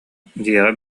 дьиэҕэ